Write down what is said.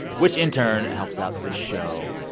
which, in turn, helps out this show.